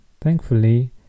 Thankfully